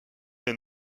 est